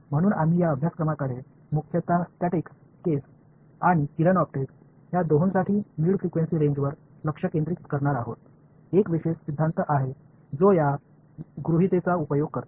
म्हणून आम्ही या अभ्यासक्रमाकडे मुख्यत स्टॅटिक्स केस आणि किरण ऑप्टिक्स या दोहोंसाठी मिड फ्रिक्वेन्सी रेंजवर लक्ष केंद्रित करणार आहोत एक विशेष सिद्धांत आहे जो या गृहितेचा उपयोग करतो